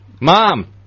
Mom